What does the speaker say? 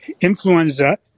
influenza